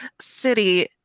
city